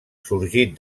sorgit